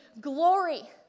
glory